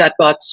chatbots